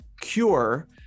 cure